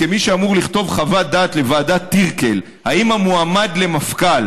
כמי שאמור לכתוב חוות דעת לוועדת טירקל אם המועמד למפכ"ל